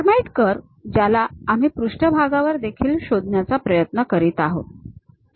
Hermite curve ज्याला आम्ही पृष्ठभागावर देखील शोधण्याचा प्रयत्न करीत आहोत